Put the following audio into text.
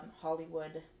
hollywood